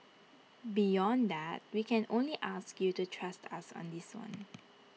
beyond that we can only ask you to trust us on this one